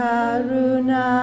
Karuna